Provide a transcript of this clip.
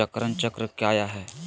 चरण चक्र काया है?